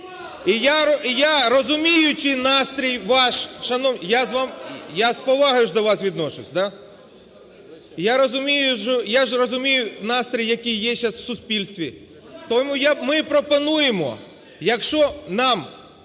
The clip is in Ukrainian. І я, розуміючи настрій ваш… (Шум у залі) Я з повагою ж до вас відношусь, да? Я ж розумію настрій, який є зараз в суспільстві. Тому ми пропонуємо, якщо нам